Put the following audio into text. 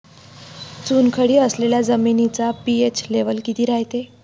चुनखडी असलेल्या जमिनीचा पी.एच लेव्हल किती रायते?